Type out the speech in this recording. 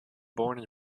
born